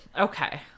Okay